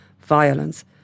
violence